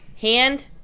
Hand